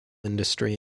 industry